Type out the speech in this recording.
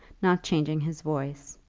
not changing his voice,